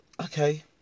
okay